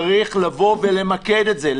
צריך לבוא ולמקד את זה,